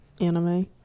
Anime